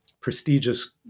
prestigious